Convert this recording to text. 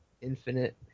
infinite